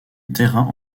terrain